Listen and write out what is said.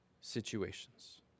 situations